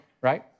right